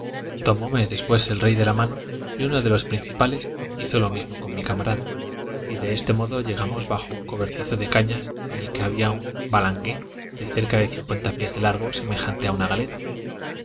ventajosamente con el rey de la mano y uno de los principales hizo lo mismo con mi camarada y de este modo lleg amos bajo un cobertizo de cañas en el que había un balangué de cerca de cincuenta pies de largo semejante a una galera